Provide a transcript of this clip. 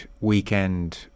weekend